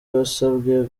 wasabwe